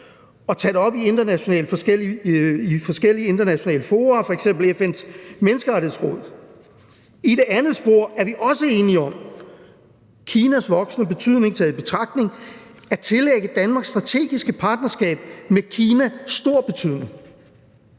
og tage det op i forskellige internationale fora, f.eks. FN's Menneskerettighedsråd. I det andet spor er vi også enige om – Kinas voksende betydning taget i betragtning – at tillægge Danmarks strategiske partnerskab med Kina stor betydning.